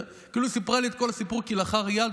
כאילו סיפרה לי את כל הסיפור כלאחר יד,